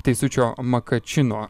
teisučio makačino